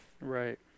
Right